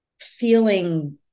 feeling